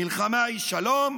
מלחמה היא שלום,